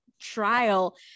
trial